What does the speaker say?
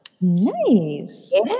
Nice